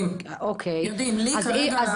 יודעים, יודעים, לי כרגע בהצגה פה אין.